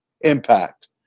impact